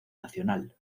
nacional